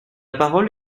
parole